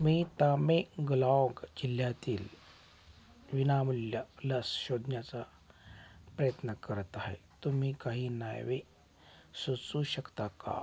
मी तामेंगलाँग जिल्ह्यातील विनामूल्य लस शोधण्याचा प्रयत्न करत आहे तुम्ही काही नावे सुचवू शकता का